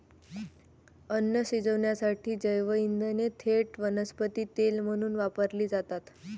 अन्न शिजवण्यासाठी जैवइंधने थेट वनस्पती तेल म्हणून वापरली जातात